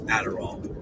Adderall